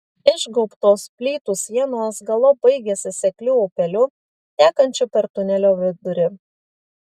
išgaubtos plytų sienos galop baigiasi sekliu upeliu tekančiu per tunelio vidurį